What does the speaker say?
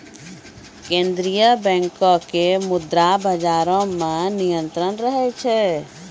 केन्द्रीय बैंको के मुद्रा बजारो मे नियंत्रण रहै छै